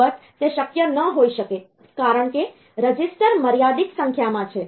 અલબત્ત તે શક્ય ન હોઈ શકે કારણ કે રજિસ્ટર મર્યાદિત સંખ્યામાં છે